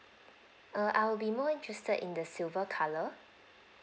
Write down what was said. err I would be more interested in the silver colour